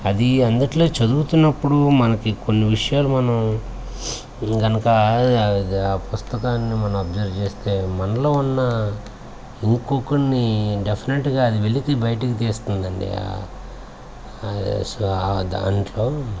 అది అందులో చదువుతున్నప్పుడు మనకు కొన్ని విషయాలు మనం కనుక ఆ పుస్తకాన్ని మనం అబ్సర్వు చేస్తే మనలో ఉన్న ఇంకొక్కరిని డెఫినెట్గా అది వెలికి బయటకు తీస్తుంది అండి అసలు దాంట్లో